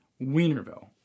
Wienerville